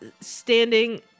standing